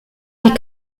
die